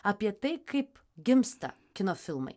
apie tai kaip gimsta kino filmai